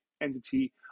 entity